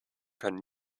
können